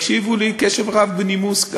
תקשיבו גם לי קשב רב ובנימוס.